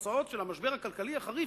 בתוצאות של המשבר הכלכלי החריף,